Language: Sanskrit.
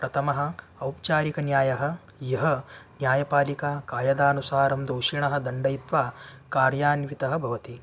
प्रथमः औपचारिकन्यायः यः न्यायपालिका कायदानुसारं दोषीणः दण्डयित्वा कार्यान्वितः भवति